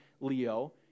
Leo